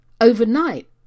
overnight